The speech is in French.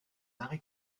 arrêt